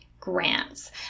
grants